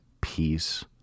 peace